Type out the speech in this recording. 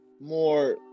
more